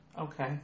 Okay